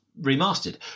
Remastered